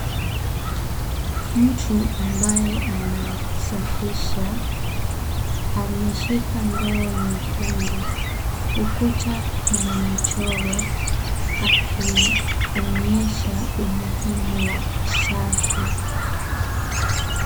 Mtu ambaye anasafisha ameshika ndoo nyekundu, ukuta kuna michoro akionyesha umuhimu wa usafi.